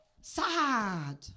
sad